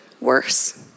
worse